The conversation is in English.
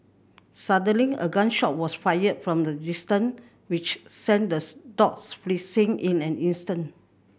suddenly a gun shot was fired from a distance which sent the dogs fleeing in an instant